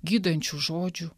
gydančių žodžių